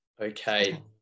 Okay